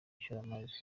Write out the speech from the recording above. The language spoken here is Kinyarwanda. ishoramari